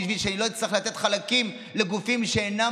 בשביל שאני לא אצטרך לתת חלקים לגופים שאינם